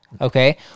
Okay